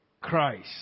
Christ